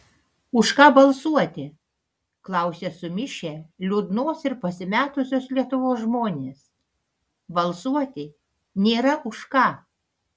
už ką balsuoti klausia sumišę liūdnos ir pasimetusios lietuvos žmonės balsuoti nėra už ką